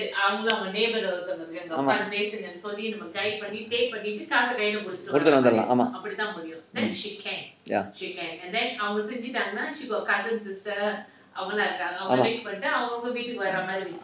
ஆமாம் போயிட்டு வந்துரலாம் ஆமாம்:aamaam poyittu vanthuralaam aamaam mm ya ஆமாம்:aamaam